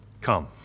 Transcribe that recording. come